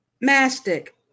Mastic